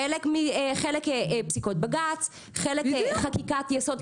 חלק בפסיקות בג"ץ חלק חקיקת יסוד כזו אחרת.